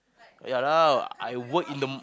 ya lah I work in the